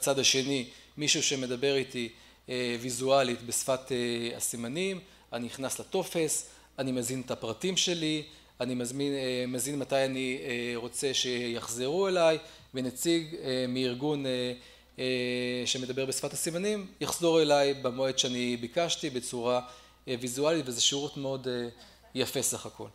לצד השני מישהו שמדבר איתי ויזואלית בשפת הסימנים, אני נכנס לטופס, אני מזין את הפרטים שלי, אני מזין מתי אני רוצה שיחזרו אליי ונציג מארגון שמדבר בשפת הסימנים, יחזור אליי במועד שאני ביקשתי בצורה ויזואלית וזה שירות מאוד יפה סך הכל.